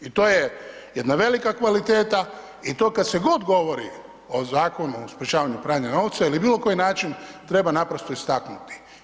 I to je jedna velika kvaliteta i to kad se god govori o Zakonu o sprječavanju pranja novca ili bilo koji način treba naprosto istaknuti.